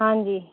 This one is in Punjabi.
ਹਾਂਜੀ